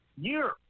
year